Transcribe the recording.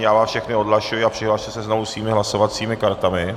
Já vás všechny odhlašuji a přihlaste se znovu svými hlasovacími kartami.